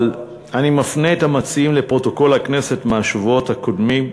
אבל אני מפנה את המציעים לפרוטוקול הכנסת מהשבועות הקודמים.